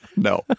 No